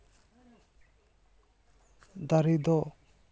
ᱫᱟᱨᱮ ᱫᱚ